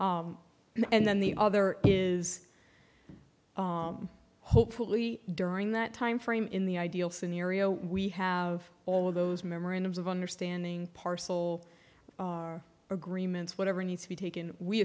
and then the other is hopefully during that timeframe in the ideal scenario we have all of those memorandums of understanding parcel our agreements whatever needs to be